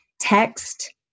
Text